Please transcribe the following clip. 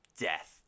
death